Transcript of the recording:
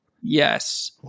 Yes